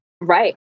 right